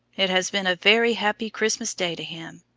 it has been a very happy christmas day to him,